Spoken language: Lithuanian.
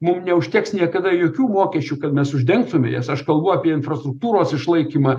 mum neužteks niekada jokių mokesčių kad mes uždengtume jas aš kalbu apie infrastruktūros išlaikymą